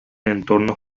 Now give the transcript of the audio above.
entornos